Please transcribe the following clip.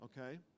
Okay